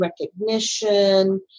recognition